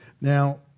Now